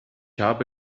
habe